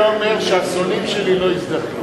הוא היה אומר: שהשונאים שלי לא יזדקנו.